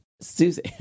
Susie